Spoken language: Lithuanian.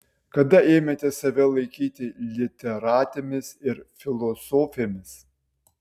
kada ėmėte save laikyti literatėmis ir filosofėmis